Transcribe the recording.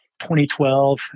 2012